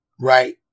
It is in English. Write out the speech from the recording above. right